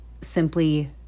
Simply